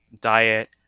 diet